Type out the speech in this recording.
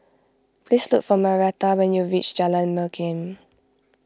please look for Marietta when you reach Jalan Pergam